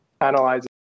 analyzing